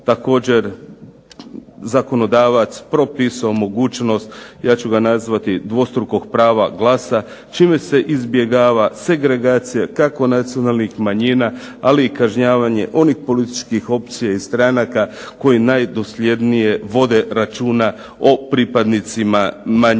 također zakonodavac propisao mogućnost, ja ću ga nazvati dvostrukog prava glasa, čime se izbjegava segregacija kako nacionalnih manjina, ali i kažnjavanje onih političkih opcija i stranaka koje najdosljednije vode računa o pripadnicima manjina.